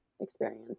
experience